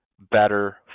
better